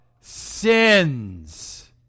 sins